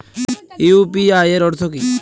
UPI এর অর্থ কি?